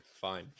Fine